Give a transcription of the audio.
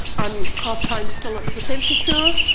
i'm half-time still at the census bureau,